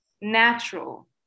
natural